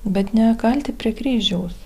bet ne kalti prie kryžiaus